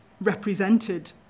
represented